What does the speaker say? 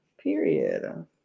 Period